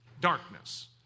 darkness